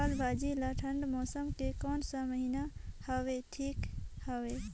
लालभाजी ला ठंडा मौसम के कोन सा महीन हवे ठीक हवे?